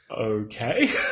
okay